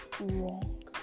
wrong